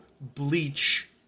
bleach